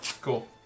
Cool